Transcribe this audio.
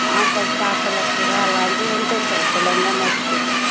sir చేపల కూర అలాంటివి ఉంటాయి సార్ తెలంగాణ స్పెషల్